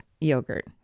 Yogurt